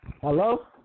Hello